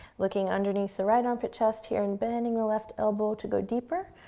looking underneath the right armpit just here and bending the left elbow to go deeper,